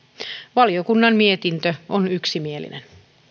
valiokunnan mietintö on yksimielinen